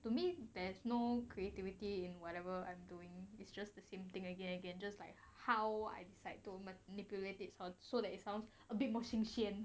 to me there's no creativity in whatever I'm doing it's just the same thing again and again just like how I decide to manipulate it so that it sounds a bit more 新鲜